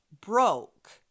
broke